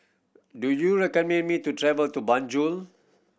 do you recommend me to travel to Banjul